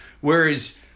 whereas